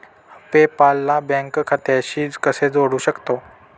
पे पाल ला बँक खात्याशी कसे जोडू शकतो?